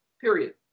period